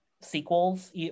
sequels